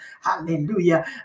hallelujah